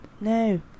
no